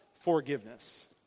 forgiveness